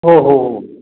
हो हो हो